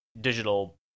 digital